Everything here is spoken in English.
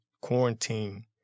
quarantine